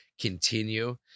continue